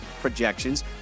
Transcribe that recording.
projections